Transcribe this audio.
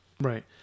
Right